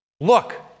look